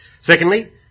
Secondly